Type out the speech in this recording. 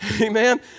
Amen